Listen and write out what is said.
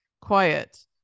quiet